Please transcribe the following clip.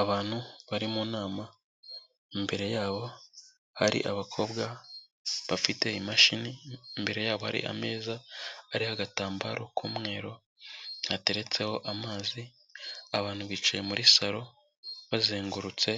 Abantu bari mu nama, imbere yabo hari abakobwa bafite imashini, imbere yabo hari ameza ariho agatambaro k'umweru, hateretseho amazi, abantu bicaye muri saro, bazengurutse